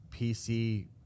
PC